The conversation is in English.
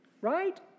right